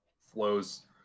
flows